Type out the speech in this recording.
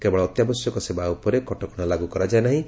କେବଳ ଅତ୍ୟାବଶ୍ୟକ ସେବା ଉପରେ କଟକଣା ଲାଗ୍ର କରାଯାଇନାହିଁ